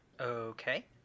Okay